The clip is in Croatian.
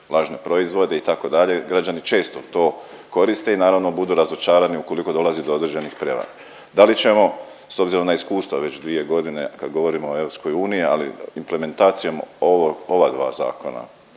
lažne proizvode, itd., građani često to koriste i naravno, budu razočarani ukoliko dolazi do određenih prevara. Da li ćemo s obzirom na iskustva već dvije godine, kad govorimo o EU, ali implementacijom ova dva zakona,